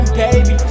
baby